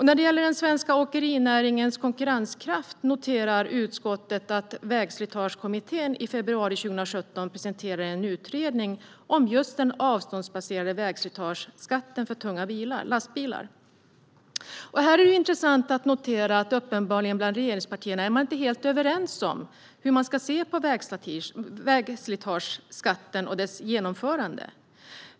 När det gäller den svenska åkerinäringens konkurrenskraft noterar utskottet att Vägslitagekommittén i februari 2017 presenterade en utredning om avståndsbaserad vägslitageskatt för tunga lastbilar. Här är det intressant att man bland regeringspartierna uppenbarligen inte är helt överens om hur man ska se på vägslitageskatten och dess genomförande.